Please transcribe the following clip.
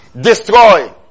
destroy